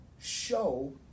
show